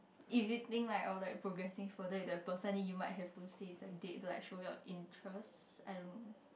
if you think like of like progressing further with the person then you might have to say it's a date like show your interest I don't know